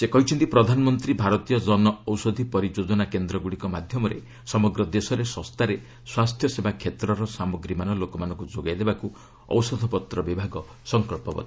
ସେ କହିଛନ୍ତି ପ୍ରଧାନମନ୍ତ୍ରୀ ଭାରତୀୟ ଜନଔଷଧୀ ପରିଯୋଜନା କେନ୍ଦ୍ରଗୁଡ଼ିକ ମାଧ୍ୟମରେ ସମଗ୍ର ଦେଶରେ ଶସ୍ତାରେ ସ୍ୱାସ୍ଥ୍ୟ ସେବା କ୍ଷେତ୍ରର ସାମଗ୍ରୀମାନ ଲୋକମାନଙ୍କୁ ଯୋଗାଇ ଦେବାକୁ ଔଷଧପତ୍ର ବିଭାଗ ସଂକଳ୍ପବଦ୍ଧ